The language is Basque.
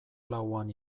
lauan